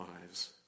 lives